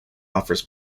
offers